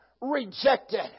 rejected